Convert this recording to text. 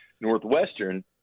Northwestern